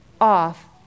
off